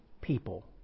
people